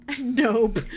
Nope